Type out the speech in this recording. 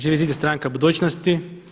Živi zid je stranka budućnosti.